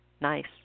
Nice